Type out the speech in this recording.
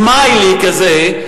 סמיילי כזה,